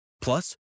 Plus